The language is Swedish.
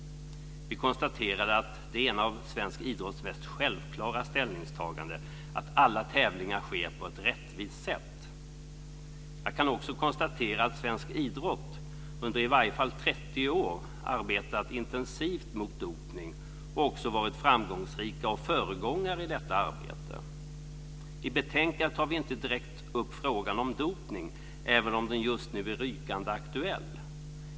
Vi konstaterade att det är ett av svensk idrotts mest självklara ställningstaganden att alla tävlingar sker på ett rättvist sätt. Jag kan också konstatera att svensk idrott under åtminstone 30 år arbetat intensivt mot dopning och också varit framgångsrik och föregångare i detta arbete. I betänkandet tar vi inte direkt upp frågan om dopning, även om den just nu är rykande aktuell.